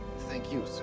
thank you,